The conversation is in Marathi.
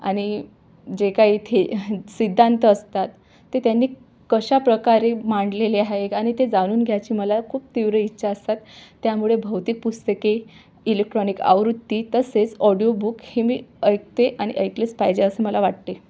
आणि जे काही इथे सिद्धांत असतात ते त्यांनी कशाप्रकारे मांडलेले आहे आणि ते जाणून घ्यायची मला खूप तीव्र इच्छा असतात त्यामुळे भौतिक पुस्तके इलेक्ट्रॉनिक आवृत्ती तसेच ऑडिओ बुक हे मी ऐकते आणि ऐकलेच पाहिजे असं मला वाटते